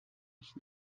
mich